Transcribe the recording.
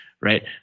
right